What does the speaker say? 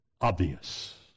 obvious